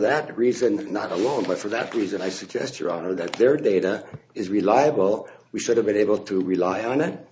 that reason not alone but for that reason i suggest your honor that their data is reliable we should have been able to rely on that